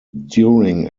during